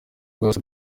rwose